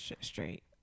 straight